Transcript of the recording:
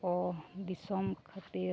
ᱠᱚ ᱫᱤᱥᱚᱢ ᱠᱷᱟᱹᱛᱤᱨ